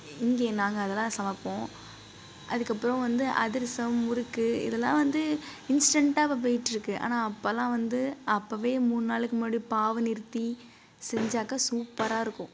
இங்கே நாங்கள் அதெலாம் சமைப்போம் அதுக்கப்புறம் வந்து அதிரசம் முறுக்கு இ்தலாம் வந்து இன்ஸ்டெண்ட்டாக இப்போ போய்கிட்டு இருக்குது ஆனால் அப்பெலாம் வந்து அப்போவே மூணு நாளைக்கு முன்னாடி பாகை நிறுத்தி செஞ்சாக்கால் சூப்பராக இருக்கும்